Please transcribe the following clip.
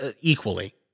equally